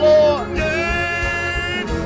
Lord